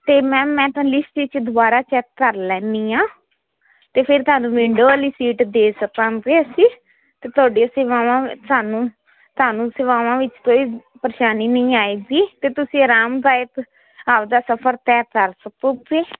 ਤੇ ਮੈਮ ਮੈਂ ਤਾਂ ਲਿਸਟ ਵਿਚ ਦੁਬਾਰਾ ਚੈੱਕ ਕਰ ਲੈਦੀ ਆ ਤੇ ਫਿਰ ਤੁਹਾਨੂੰ ਵਿੰਡੋ ਵਾਲੀ ਸੀਟ ਦੇ ਸਕਾਂਗੇ ਅਸੀਂ ਤੇ ਤੁਹਾਡੀਆਂ ਸੇਵਾਵਾਂ ਸਾਨੂੰ ਤੁਹਾਨੂੰ ਸੇਵਾਵਾਂ ਵਿੱਚ ਕੋਈ ਪਰੇਸ਼ਾਨੀ ਨਹੀਂ ਆਏਗੀ ਤੇ ਤੁਸੀਂ ਆਰਾਮਦਾਇਕ ਆਪਦਾ ਸਫਰ ਤੈਅ ਕਰ ਸਕੋਗੇ